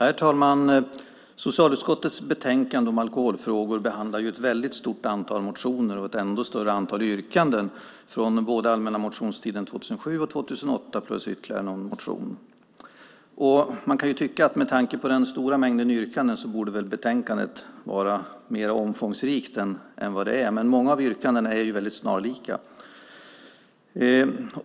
Herr talman! Socialutskottets betänkande om alkoholfrågor behandlar ett stort antal motioner och ett ännu större antal yrkanden från den allmänna motionstiden 2007 och 2008 plus ytterligare någon motion. Man kan tycka att med tanke på den stora mängden yrkanden borde betänkandet vara mer omfångsrikt än vad det är, men många av yrkandena är snarlika.